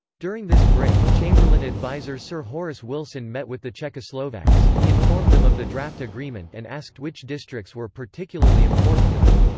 during this break, chamberlain adviser sir horace wilson met with the czechoslovaks czechoslovaks he informed them of the draft agreement and asked which districts were particularly important to them.